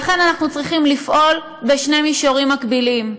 לכן אנחנו צריכים לפעול בשני מישורים מקבילים: